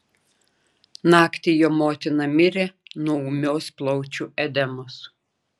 naktį jo motina mirė nuo ūmios plaučių edemos